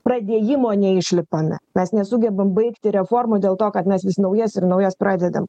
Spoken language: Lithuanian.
pradėjimo neišlipame mes nesugebam baigti reformų dėl to kad mes vis naujas ir naujas pradedam